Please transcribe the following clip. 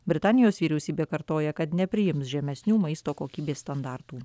britanijos vyriausybė kartoja kad nepriims žemesnių maisto kokybės standartų